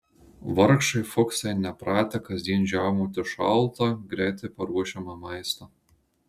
vargšai fuksai nepratę kasdien žiaumoti šaltą greitai paruošiamą maistą